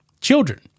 children